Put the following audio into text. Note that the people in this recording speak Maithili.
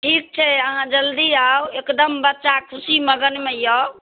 ठीक छै अहाँ जल्दी आउ एकदम बच्चा खुशी मगनमे यए